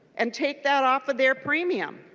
and take that off of their premium.